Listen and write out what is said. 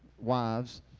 wives